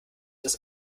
das